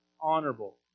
honorable